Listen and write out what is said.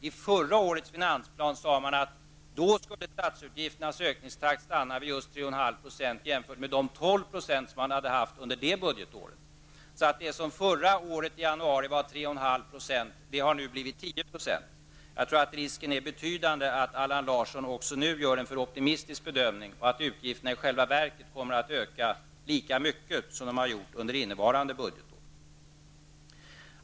I förra årets finansplan sades det att statsutgifternas ökningstakt då skulle stanna vid 3,5 % jämfört med de 12 % som man hade haft under det budgetåret. Det som förra året i januari var 3,5 % har nu blivit 10 %. Jag tror att risken är betydande att Allan Larsson också nu gör en för optimistisk bedömning och att statsutgifterna i själva verket kommer att öka lika mycket som de gjort under innevarande budgetår.